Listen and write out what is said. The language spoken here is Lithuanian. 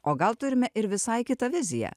o gal turime ir visai kitą viziją